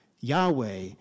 Yahweh